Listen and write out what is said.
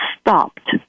stopped